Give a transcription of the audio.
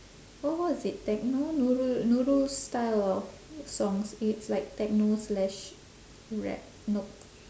what what is it techno nurul nurul's style of songs it's like techno slash rap nope